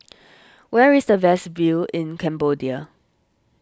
where is the best view in Cambodia